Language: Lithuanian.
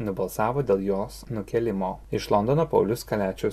nubalsavo dėl jos nukėlimo iš londono paulius kaliačius